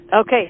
Okay